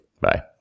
Bye